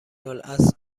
الاصل